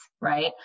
right